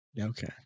Okay